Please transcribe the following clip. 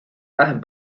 vähem